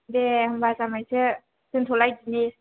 दे होनबा जामायजो दोनथ'लाय दिनि